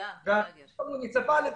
הרשות המוניציפאלית